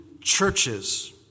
churches